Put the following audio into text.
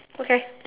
okay